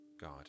God